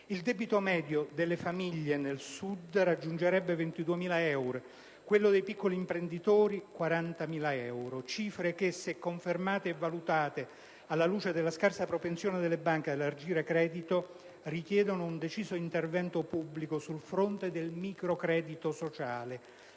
Il debito medio delle famiglie nel Sud raggiungerebbe i 22.000 euro, quello dei piccoli imprenditori i 40.000 euro; cifre che, se confermate e valutate alla luce della scarsa propensione delle banche ad elargire credito, richiedono un deciso intervento pubblico sul fronte del microcredito "sociale",